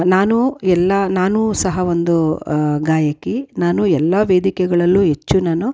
ನಾನು ಎಲ್ಲ ನಾನು ಸಹ ಒಂದು ಗಾಯಕಿ ನಾನು ಎಲ್ಲ ವೇದಿಕೆಗಳಲ್ಲೂ ಹೆಚ್ಚು ನಾನು